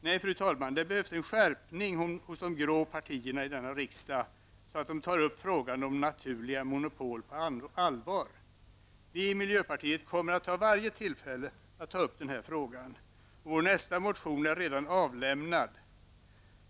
Nej, fru talman, det behövs en skärpning hos de grå partierna i denna riksdag, så att de tar upp frågan om naturliga monopol på allvar. Vi i miljöpartiet kommer att ta varje tillfälle att ta upp denna fråga. Vår nästa motion är redan avlämnad.